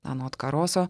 anot karoso